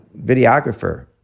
videographer